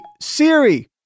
Siri